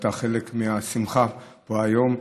אתה חלק מהשמחה פה היום,